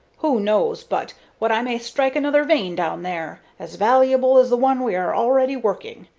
who knows but what i may strike another vein down there, as valuable as the one we are already working.